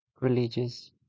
religious